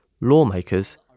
lawmakers